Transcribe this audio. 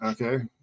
Okay